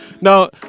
Now